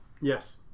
Yes